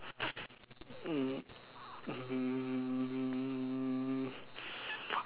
mm